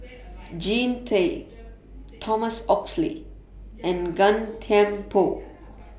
Jean Tay Thomas Oxley and Gan Thiam Poh